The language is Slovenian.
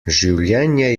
življenje